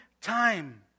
time